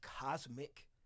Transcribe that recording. cosmic